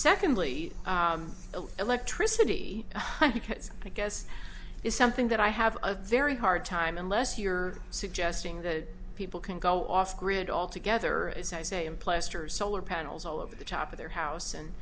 secondly electricity one hundred i guess is something that i have a very hard time unless you're suggesting that people can go off grid altogether as i say and plaster solar panels all over the top of their house and